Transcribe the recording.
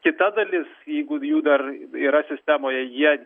kita dalis jeigu jų dar yra sistemoje jie